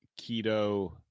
Keto